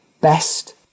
best